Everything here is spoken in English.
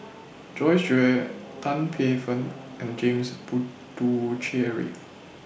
Joyce Jue Tan Paey Fern and James Puthucheary